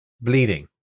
bleeding